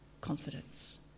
confidence